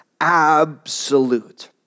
absolute